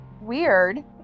Weird